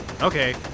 Okay